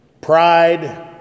Pride